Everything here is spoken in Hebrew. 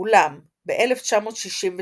אולם ב-1968